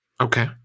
Okay